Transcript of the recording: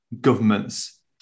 government's